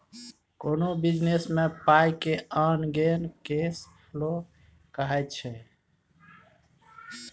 कोनो बिजनेस मे पाइ के आन गेन केस फ्लो कहाइ छै